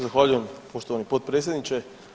Zahvaljujem poštovani potpredsjedniče.